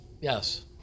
Yes